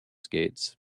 skates